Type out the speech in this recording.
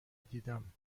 دیدم